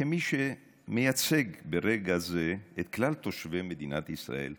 כמי שמייצג ברגע זה את כלל תושבי מדינת ישראל,